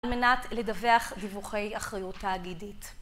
על מנת לדווח דיווחי אחריות תאגידית